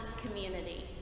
community